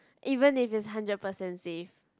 even if it's hundred percent safe